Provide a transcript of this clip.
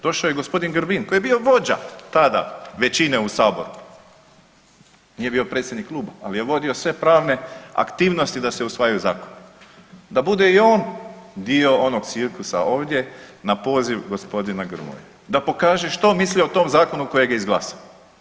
Došao je gospodin Grbin koji je bio vođa tada većine u Saboru, nije bio predsjednik kluba, ali je vodio sve pravne aktivnosti da se usvajaju zakoni, da bude i on dio onog cirkusa ovdje na poziv gospodina Grmoje, da pokaže što misli o tom zakonu kojeg je izglasao.